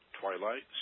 twilight